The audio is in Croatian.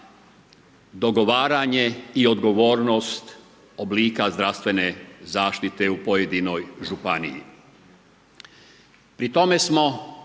dogovaranje i odgovornost oblika zdravstvene zaštite u pojedinoj županiji.